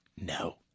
no